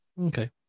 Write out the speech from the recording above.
Okay